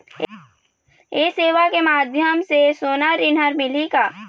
ये सेवा के माध्यम से सोना ऋण हर मिलही का?